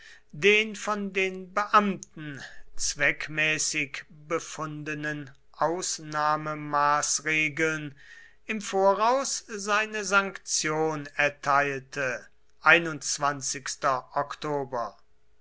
den von den beamten zweckmäßig befundenen ausnahmemaßregeln im voraus seine sanktion erteilte